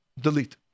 Delete